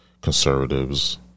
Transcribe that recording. Conservatives